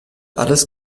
alles